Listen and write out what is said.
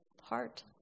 heart